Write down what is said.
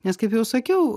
nes kaip jau sakiau